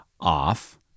off